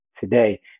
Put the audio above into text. today